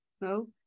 no